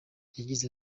yagize